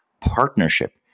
partnership